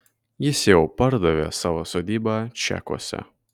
jis jau pardavė savo sodybą čekuose